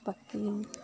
বাকী